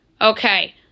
Okay